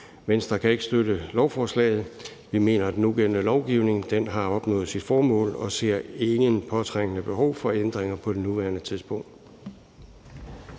Venstre kan ikke støtte lovforslaget. Vi mener, at den nugældende lovgivning har opnået sit formål, og ser ingen påtrængende behov for ændringer på nuværende tidspunkt.